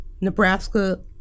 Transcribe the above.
Nebraska